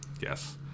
yes